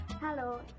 Hello